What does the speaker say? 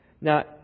Now